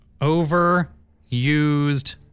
Overused